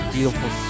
Beautiful